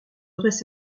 auraient